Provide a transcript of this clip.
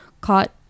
caught